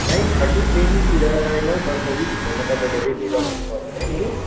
nine thirty टेनतिर साडे नौ दस बजीभित्रमा तपाईँले रेडी गरिदिनु भयो भने नि